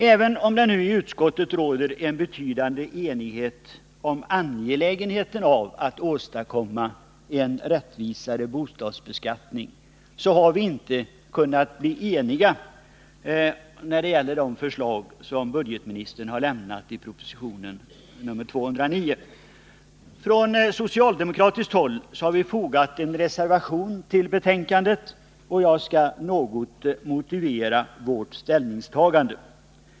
Även om det i utskottet råder en betydande enighet om angelägenheten av att åstadkomma en rättvisare bostadsbeskattning, så har vi inte kunnat bli eniga när det gäller de förslag som budgetministern har lämnat i propositionen nr 209. Från socialdemokratiskt håll har vi fogat en reservation till betänkandet, och jag skall något motivera vårt ställningstagande.